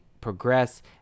progress